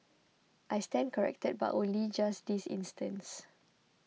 I stand corrected but only just this instance